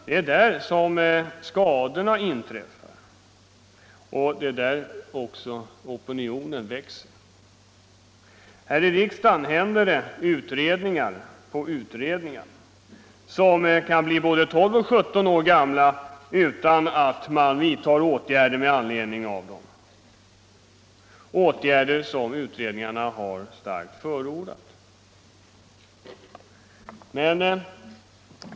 Det är där skadorna inträffar, och det är också där opinionen växer. Här i riksdagen händer det just inte mer än att det tillsätts utredning på utredning, som kan bli både 12 och 17 år gamla utan att man vidtar de åtgärder som utredningarna har starkt förordat.